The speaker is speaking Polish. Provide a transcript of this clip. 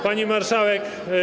Pani Marszałek!